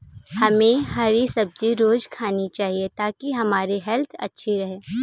हमे हरी सब्जी रोज़ खानी चाहिए ताकि हमारी हेल्थ अच्छी रहे